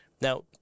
Now